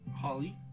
Holly